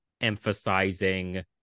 emphasizing